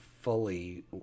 fully